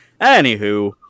Anywho